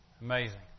amazing